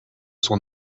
son